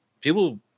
people